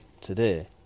today